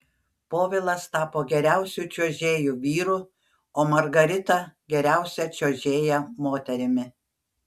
povilas tapo geriausiu čiuožėju vyru o margarita geriausia čiuožėja moterimi